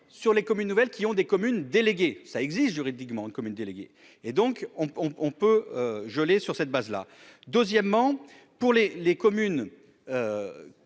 sur les communes nouvelles qui ont des communes délégué ça existe juridiquement comme une déléguée et donc on on peut geler sur cette base là, deuxièmement pour les les communes